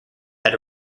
had